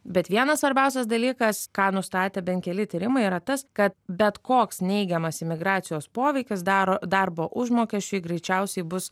bet vienas svarbiausias dalykas ką nustatė bent keli tyrimai yra tas kad bet koks neigiamas imigracijos poveikis daro darbo užmokesčiui greičiausiai bus